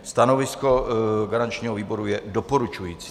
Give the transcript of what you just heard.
Stanovisko garančního výboru je doporučující.